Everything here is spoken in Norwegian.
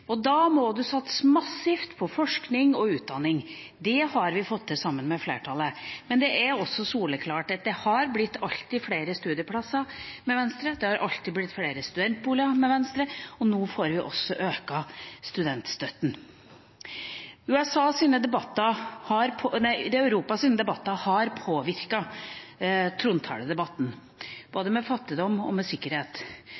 og da må en satse massivt på forskning og utdanning. Det har vi fått til sammen med flertallet, men det er også soleklart at det alltid har blitt flere studieplasser med Venstre, at det alltid har blitt flere studentboliger med Venstre, og nå får vi også økt studiestøtten. Europas debatter har påvirket trontaledebatten, både det